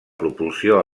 propulsió